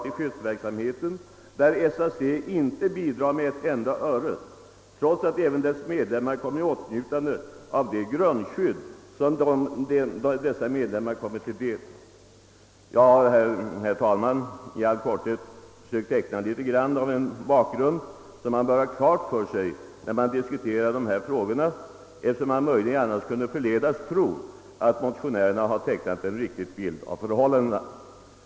SAC bidrar inte med ett enda öre till skyddsverksamheten trots att även dess medlemmar kommer i åtnjutande av grund: skyddet. : Herr talman! Jag har i all korthet försökt teckna något av den bakgrund som man bör ha klar för sig när man diskuterar dessa frågor, eftersom män annars möjligen kunde tro att motionärerna tecknar en riktig bild av förhållandena.